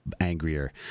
angrier